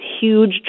huge